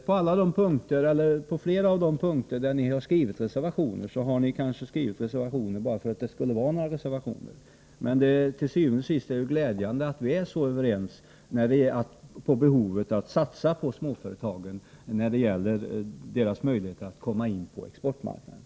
På flera av de punkter där ni har skrivit reservationer tror jag att ni har gjort det bara för att det skulle vara några reservationer. Til syvende og sidst är det glädjande att vi är så överens om behovet av att satsa på småföretagen när det gäller deras möjligheter att komma in på exportmarknaden.